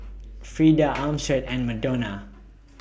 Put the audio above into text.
Freeda Armstead and Madonna